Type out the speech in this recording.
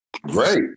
Great